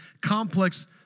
complex